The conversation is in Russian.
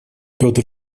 петр